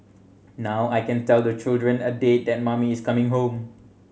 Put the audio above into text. now I can tell the children a date that mummy is coming home